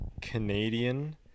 canadian